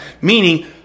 Meaning